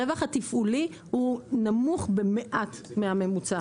הרווח התפעולי הוא נמוך במעט מהממוצע.